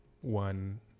one